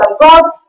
God